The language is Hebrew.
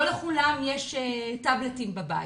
לא לכולם יש טבלטים בבית